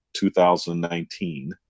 2019